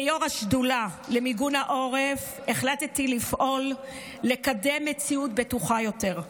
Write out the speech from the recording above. כיו"ר השדולה למיגון העורף החלטתי לפעול לקדם מציאות בטוחה יותר.